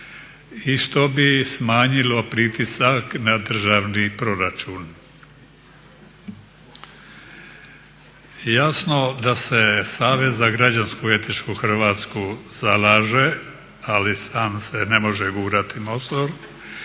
i što bi smanjilo pritisak na državni proračun. Jasno da se Savez za građansku i etičku Hrvatsku zalaže, ali sam ne može gurati Mosor,